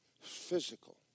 physical